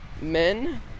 Men